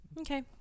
Okay